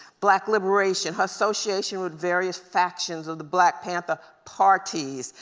black liberation, her association with various factions of the black panther parties,